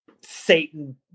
satan